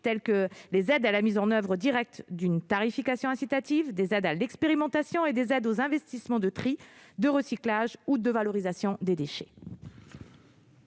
tels que des aides à la mise en oeuvre directe d'une tarification incitative, des aides à l'expérimentation et des aides aux investissements de tri, de recyclage ou de valorisation des déchets.